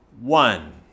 one